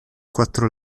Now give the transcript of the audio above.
quattro